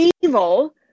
evil